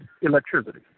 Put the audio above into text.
electricity